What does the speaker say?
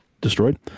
destroyed